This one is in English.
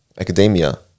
academia